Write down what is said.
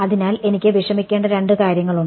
അതിനാൽ എനിക്ക് വിഷമിക്കേണ്ട രണ്ട് കാര്യങ്ങളുണ്ട്